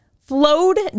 flowed